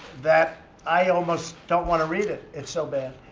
that i almost don't want to read it. it's so bad.